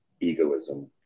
egoism